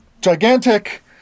gigantic